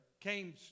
came